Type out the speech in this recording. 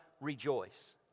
rejoice